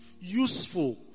useful